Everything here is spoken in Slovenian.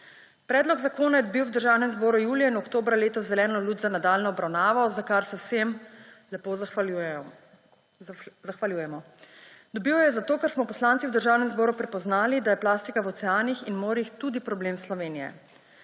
Predlog zakona je dobil v Državnem zboru julija in oktobra letos zeleno luč za nadaljnjo obravnavo, za kar se vsem lepo zahvaljujemo. Dobil jo je zato, ker smo poslanci v Državnem zboru prepoznali, da je plastika v oceanih in morjih tudi problem Slovenije.